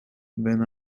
when